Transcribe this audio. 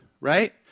right